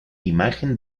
imagen